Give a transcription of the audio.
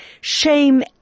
shame